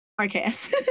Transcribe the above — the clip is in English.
RKS